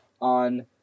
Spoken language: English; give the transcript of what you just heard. on